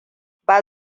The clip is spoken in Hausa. ba